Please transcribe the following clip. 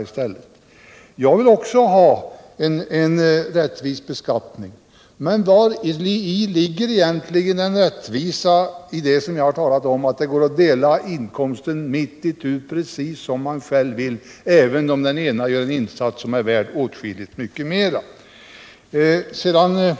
Också jag vill ha en rättvis beskattning, men vari ligger egentligen rättvisan i det förhållande som jag talat om, nämligen aut det är möjligt att dela inkomsten mitt itu mellan makarna, helt efter eget gottfinnande, även om den ena av dem gör en insats som är värd åtskilligt mycket mer? I mitt förra anförande